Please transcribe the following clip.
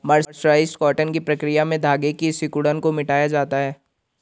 mercerised cotton की प्रक्रिया में धागे की सिकुड़न को मिटाया जाता है